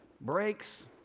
breaks